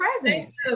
presence